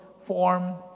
form